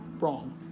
wrong